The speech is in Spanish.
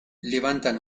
levantan